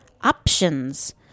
options